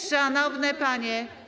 Szanowne panie.